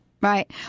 right